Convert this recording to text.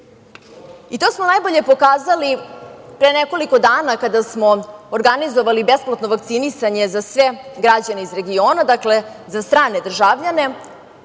smo najbolje pokazali pre nekoliko dana, kada smo organizovali besplatno vakcinisanje za sve građane iz regiona, dakle za strane državljane,